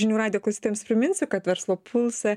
žinių radijo klausytojams priminsiu kad verslo pulse